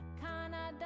Canada